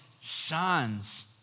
shines